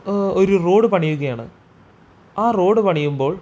ഓ ഒരു റോഡ് പണിയുകയാണ് ആ റോഡ് പണിയുമ്പോൾ